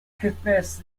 confessed